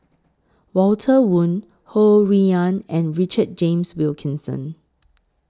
Walter Woon Ho Rui An and Richard James Wilkinson